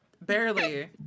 Barely